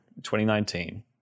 2019